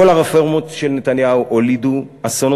כל הרפורמות של נתניהו הולידו אסונות